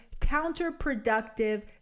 counterproductive